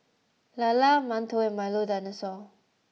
Lala mantou and Milo dinosaur